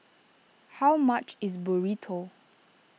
how much is Burrito